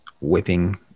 whipping